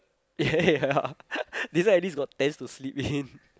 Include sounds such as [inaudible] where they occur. [laughs] ya this one at least got tents to sleep in